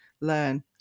learn